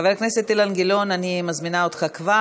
חבר הכנסת אילן גילאון, אני מזמינה אותך כבר.